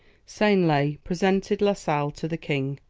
seignelay presented la sale to the king,